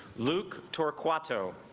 luke torquato